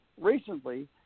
recently